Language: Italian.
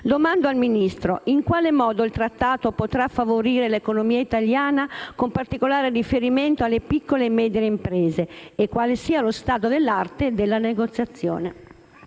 Domando al Ministro in quale modo il trattato potrà favorire l'economia italiana, con particolare riferimento alle piccole e medie imprese, e quali sia lo stato dell'arte della negoziazione.